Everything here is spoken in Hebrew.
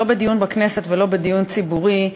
לא בדיון בכנסת ולא בדיון ציבורי,